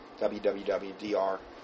www.dr